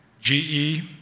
GE